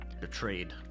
Betrayed